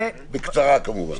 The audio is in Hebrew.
בקצרה כמובן.